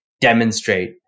demonstrate